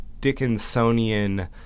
Dickinsonian